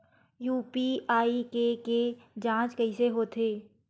UPI के के जांच कइसे होथे?